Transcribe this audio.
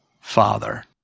father